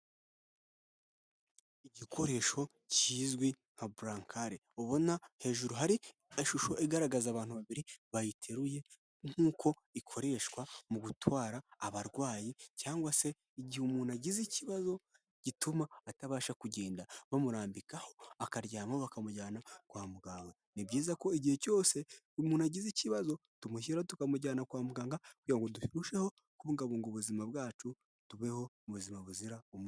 Igikoresho kizwi nka burakare ubona hejuru hari ishusho igaragaza abantu babiri bayiteruye nk'uko ikoreshwa mu gutwara abarwayi cyangwa se igihe umuntu agize ikibazo gituma atabasha kugenda bamurambikaho akaryama bakamujyana kwa muganga ni byiza ko igihe cyose umuntu agize ikibazo tumushyiraho tukamujyana kwa muganga kugira ngo turusheho kubungabunga ubuzima bwacu tubeho buzima buzira umuze.